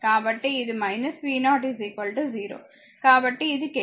కాబట్టి ఇది v0 0